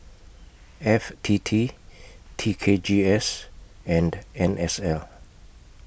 F T T T K G S and N S L